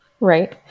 Right